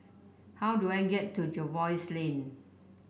how do I get to Jervois Lane